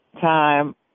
time